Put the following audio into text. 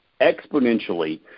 exponentially